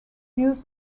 use